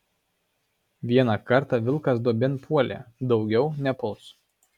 vieną kartą vilkas duobėn puolė daugiau nepuls